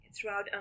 throughout